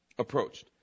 approached